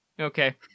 Okay